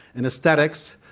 in aesthetics,